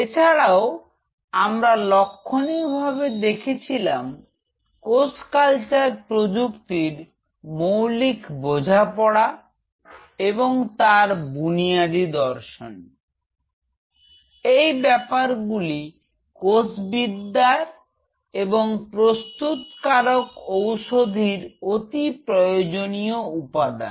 এছাড়াও আমরা লক্ষণীয় ভাবে দেখেছিলাম কোষ কালচার প্রযুক্তির মৌলিক বোঝাপড়া এবং তার বুনিয়াদি দর্শন এই ব্যাপারগুলি কোষ বিদ্যার এবং প্রস্তুতকারক ঔষধির অতি প্রয়োজনীয় উপাদান